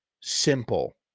simple